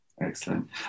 Excellent